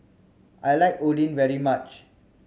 I like Oden very much